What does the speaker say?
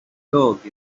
dogg